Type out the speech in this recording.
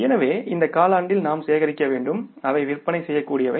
எனவே இந்த காலாண்டில் நாம் சேகரிக்க வேண்டும் அவை விற்பனை செய்யக்கூடியவை